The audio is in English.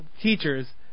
teachers